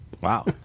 wow